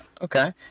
Okay